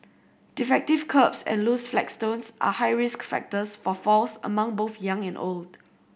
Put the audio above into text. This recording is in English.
defective kerbs and loose flagstones are high risk factors for falls among both young and old